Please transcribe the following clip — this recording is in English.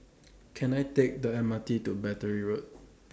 Can I Take The M R T to Battery Road